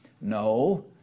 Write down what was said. No